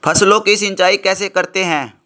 फसलों की सिंचाई कैसे करते हैं?